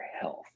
health